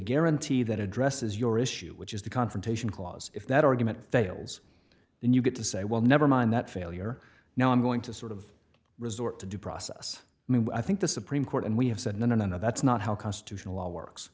guarantee that addresses your issue which is the confrontation clause if that argument fails then you get to say well never mind that failure now i'm going to sort of resort to due process i think the supreme court and we have said no no no that's not how constitutional law works